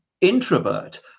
introvert